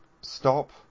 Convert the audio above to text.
stop